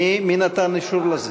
מי נתן אישור לזה?